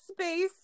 space